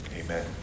amen